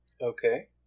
Okay